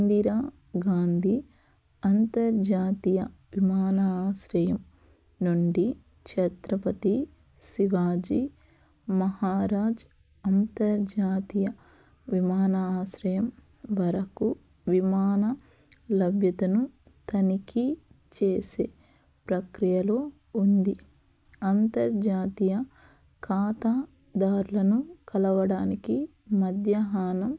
ఇందిరా గాంధీ అంతర్జాతీయ విమానాశ్రయం నుండి చత్రపతి శివాజీ మహారాజ్ అంతర్జాతీయ విమానాశ్రయం వరకు విమాన లభ్యతను తనిఖీ చేసె ప్రక్రియలో ఉంది అంతర్జాతీయ ఖాతా దారులను కలవడానికి మధ్యాహనం